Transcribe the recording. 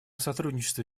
сотрудничество